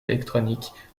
électronique